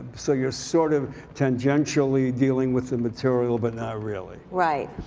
so you're sort of tangentially dealing with the material but not really. right.